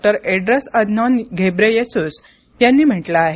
Tedros Adhanom Ghebreyesus यांनी म्हटलं आहे